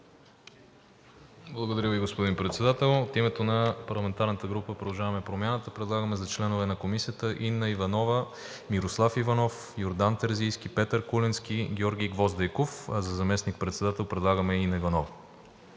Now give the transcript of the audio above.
Благодаря Ви, господин Председател. От името на парламентарната група на „Продължаваме Промяната“ предлагаме за членове на Комисията Инна Иванова, Мирослав Иванов, Йордан Терзийски, Петър Куленски, Георги Гвоздейков, а за заместник-председател предлагаме Инна Иванова.